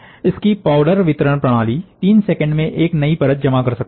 इसकी पाउडर वितरण प्रणाली 3 सेकंड में एक नई परत जमा कर सकती है